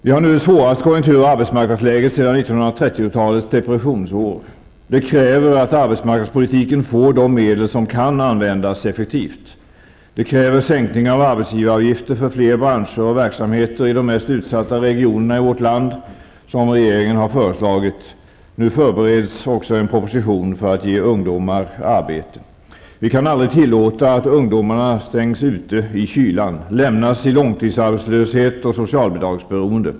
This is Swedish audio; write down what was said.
Vi har nu det svåraste konjunktur och arbetsmarknadsläget sedan 1930-talets depressionsår. Det kräver att arbetsmarknadspolitiken får de medel som kan användas effektivt. Det kräver sänkning av arbetsgivaravgifter för fler branscher och verksamheter i de mest utsatta regionerna i vårt land, vilket regeringen har föreslagit. Nu förbereds också en proposition för att ge ungdomar arbete. Vi kan aldrig tillåta att ungdomarna stängs ute i kylan, lämnas i långtidsarbetslöshet och socialbidragsberoende.